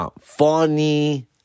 Funny